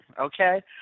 Okay